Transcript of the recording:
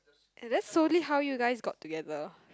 and that's solely how you guys got together